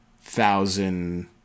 thousand